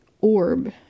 orb